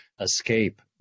escape